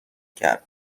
کرد